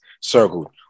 circled